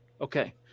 okay